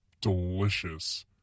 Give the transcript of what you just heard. delicious